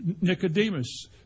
Nicodemus